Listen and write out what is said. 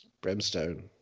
Brimstone